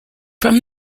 from